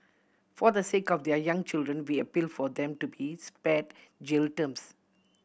for the sake of their young children we appeal for them to be spared jail terms